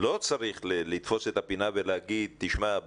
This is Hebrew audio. לא צריך לתפוס את הפינה ולומר תשמע,